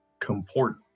comport